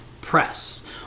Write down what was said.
press